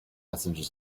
passengers